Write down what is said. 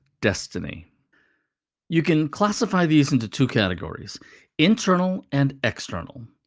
destiny you can classify these into two categories internal and external.